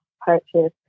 purchase